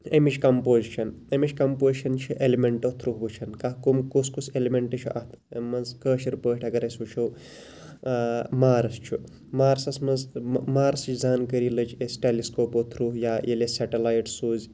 امِچ کَمپوزِشَن امِچ کَمپوزِشَن چھِ ایٚلمنٹو تھروٗ وٕچھان کتھ کم کُس کُس ایٚلِمنٹ چھُ اتھ امہِ مَنٛز کٲشٕر پٲٹھۍ اَگَر أسۍ وٕچھو مارس چھُ مارسَس مَنٛز مارسٕچ زانکٲری لٔج اَسہِ ٹیٚلِسکوپو تھروٗ یا ییٚلہِ اَسہِ سیٚٹَلایِٹ سوز